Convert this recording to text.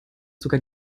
sogar